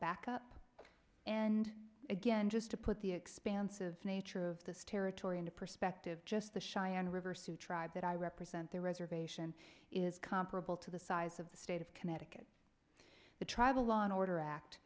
backup and again just to put the expansive nature of this territory into perspective just the cheyenne river sue tribe that i represent the reservation is comparable to the size of the state of connecticut the tribal law and order act